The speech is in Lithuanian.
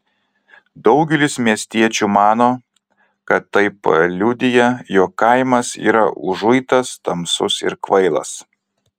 daugelis miestiečių mano kad tai paliudija jog kaimas yra užuitas tamsus ir kvailas